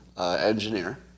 engineer